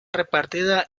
repartida